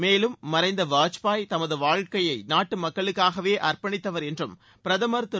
மேலும் மறைந்த வாஜ்பாய் தமது வாழ்க்கையை நாட்டு மக்களுக்காகவே அர்ப்பணித்தவர் என்றும் பிரதமர் திரு